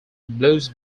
blues